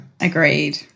Agreed